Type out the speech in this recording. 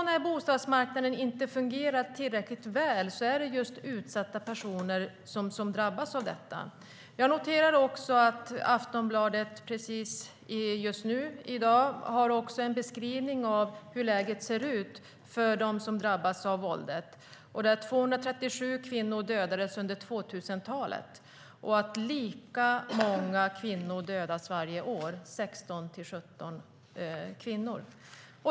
När bostadsmarknaden inte fungerar tillräckligt väl är det just dessa personer som drabbas. Jag noterar att Aftonbladet i dag har en beskrivning av hur läget ser ut för dem som drabbas av våldet. Under 2000-talet dödades 237 kvinnor. Varje år dödas 16-17 kvinnor.